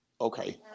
okay